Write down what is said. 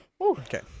okay